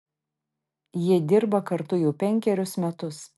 jie dirba kartu jau penkerius metus